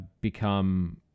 become